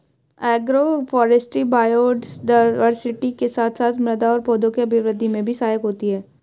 agroforestry biodiversity के साथ साथ मृदा और पौधों के अभिवृद्धि में भी सहायक होती है